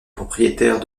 propriétaires